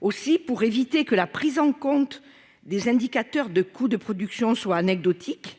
Aussi, pour éviter que la prise en compte des indicateurs de coût de production ne soit anecdotique,